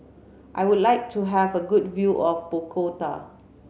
I would like to have a good view of Bogota